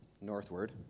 northward